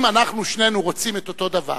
אם אנחנו שנינו רוצים את אותו דבר,